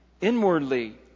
Inwardly